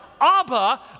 Abba